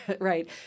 right